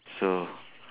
so